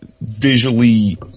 visually